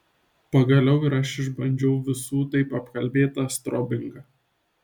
pagaliau ir aš išbandžiau visų taip apkalbėtą strobingą